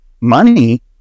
money